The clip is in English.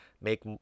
make